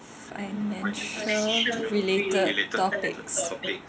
financial related topics